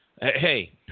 Hey